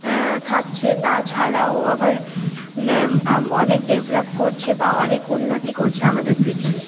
থাকছে তাছাড়াও আবার অনেক ডেভেলপ করছে বা অনেক উন্নতি করছে আমাদের পৃথিবী